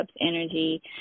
energy